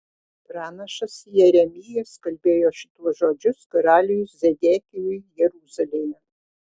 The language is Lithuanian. pranašas jeremijas kalbėjo šituos žodžius karaliui zedekijui jeruzalėje